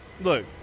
look